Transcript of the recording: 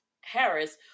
Harris